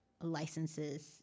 licenses